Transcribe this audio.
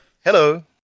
Hello